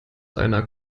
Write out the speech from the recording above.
einer